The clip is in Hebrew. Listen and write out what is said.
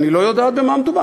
לא יודעים במה מדובר.